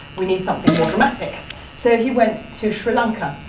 we need something more dramatic so, he went to sri lanka,